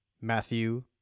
Matthew